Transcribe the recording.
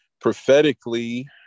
Prophetically